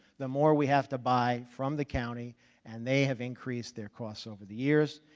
the more we have to buy from the county and they have increased their costs over the years.